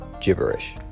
Gibberish